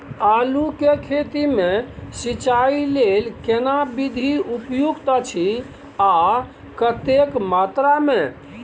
आलू के खेती मे सिंचाई लेल केना विधी उपयुक्त अछि आ कतेक मात्रा मे?